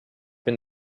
been